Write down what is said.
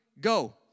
go